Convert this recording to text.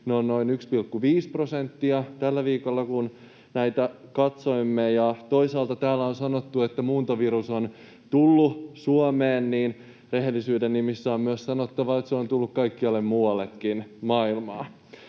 ovat noin 1,5 prosenttia — tällä viikolla, kun näitä katsoimme. Ja kun toisaalta täällä on sanottu, että muuntovirus on tullut Suomeen, niin rehellisyyden nimissä on myös sanottava, että se on tullut kaikkialle muuallekin maailmaan.